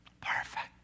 Perfect